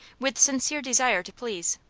with sincere desire to please.